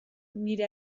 nire